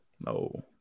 No